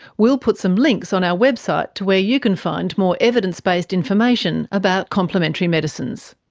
we'll put some links on our website to where you can find more evidence-based information about complementary medicines.